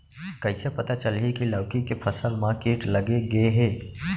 कइसे पता चलही की लौकी के फसल मा किट लग गे हे?